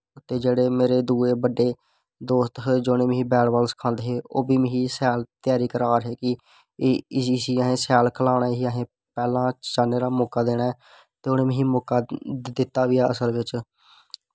ते जेह्ड़े मेरे दुए दोस्त हे जिनें मिगी बैट बॉल सखांदे हे ओह् बी मिगी शैल च्यारी करा दे हे कि इसी असैं शैल खलाना इसी असैं पैह्लैं चढ़ने दा मौका देना ऐ ते उनैं मिगी मौका दित्ता बी हा असल बिच्च